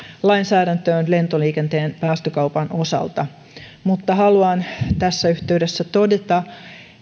lainsäädäntöön lentoliikenteen päästökaupan osalta mutta haluan tässä yhteydessä todeta